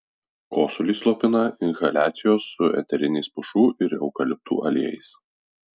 kosulį slopina inhaliacijos su eteriniais pušų ir eukaliptų aliejais